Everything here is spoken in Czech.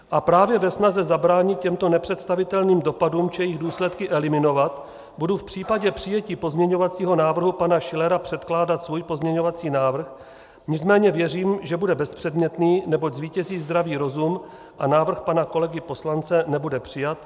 A právě ve snaze zabránit těmto nepředstavitelným dopadům či jejich důsledky eliminovat budu v případě přijetí pozměňovacího návrhu pana Schillera předkládat svůj pozměňovací návrh, nicméně věřím, že bude bezpředmětný, neboť zvítězí zdravý rozum a návrh pana kolegy poslance nebude přijat.